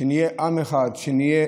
שנהיה עם אחד, שנהיה